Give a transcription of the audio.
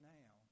now